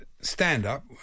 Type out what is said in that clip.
stand-up